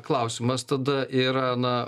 klausimas tada yra na